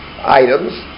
items